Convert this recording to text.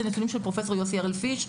אלה נתונים של פרופ' יוסי הראל-פיש,